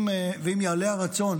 אם יעלה הרצון